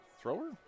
thrower